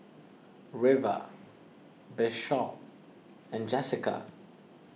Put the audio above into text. River Bishop and Jesica